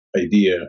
idea